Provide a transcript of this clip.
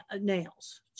nails